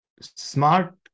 smart